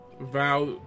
vow